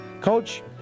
Coach